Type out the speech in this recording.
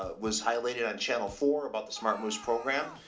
ah was highlighted on channel four about the smart moose program.